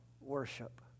worship